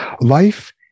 life